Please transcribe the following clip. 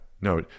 No